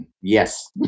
Yes